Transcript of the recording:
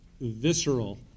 visceral